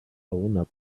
owner